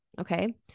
Okay